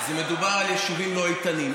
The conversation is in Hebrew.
מדובר על יישובים לא איתנים.